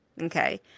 Okay